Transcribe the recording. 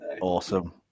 Awesome